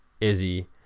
Izzy